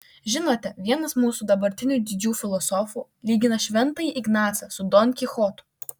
žinote vienas mūsų dabartinių didžių filosofų lygina šventąjį ignacą su don kichotu